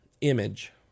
image